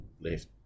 left